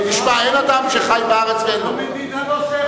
תשמע, אין אדם שחי בארץ ואין לו, אדוני היושב-ראש,